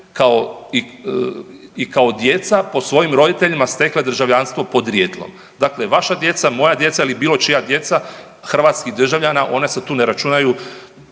kao djeca po svojim roditeljima stekle državljanstvo podrijetlom. Dakle vaša djeca, moja djeca ili bilo čija djeca hrvatskih državljana, ona se tu ne računaju,